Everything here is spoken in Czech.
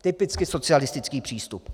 Typicky socialistický přístup.